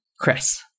Chris